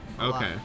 Okay